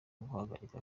guhagarika